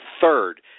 third